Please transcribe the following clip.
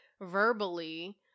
verbally